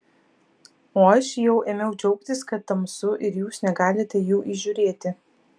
o aš jau ėmiau džiaugtis kad tamsu ir jūs negalite jų įžiūrėti